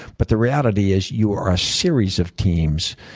but the reality is, you are a series of teams.